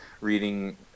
reading